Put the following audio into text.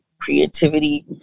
creativity